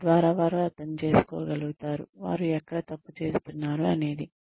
తద్వారా వారు అర్థం చేసుకోగలుగుతారు వారు ఎక్కడ తప్పు చేస్తున్నారు అనేది